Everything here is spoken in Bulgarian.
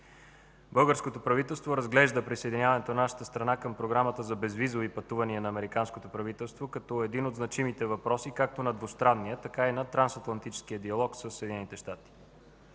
Българското правителство разглежда присъединяването на нашата страна към Програмата за безвизови пътувания на американското правителство като един от значимите въпроси – както на двустранния, така и на трансатлантическия диалог със Съединените щати.